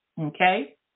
okay